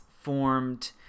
formed